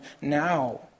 now